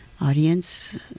audience